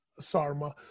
sarma